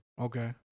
Okay